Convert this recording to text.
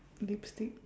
lipstick